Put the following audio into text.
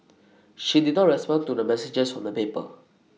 she did not respond to the messages from the paper